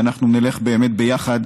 ואנחנו נלך באמת ביחד,